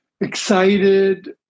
excited